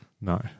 No